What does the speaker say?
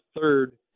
third